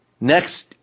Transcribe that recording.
Next